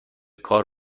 کار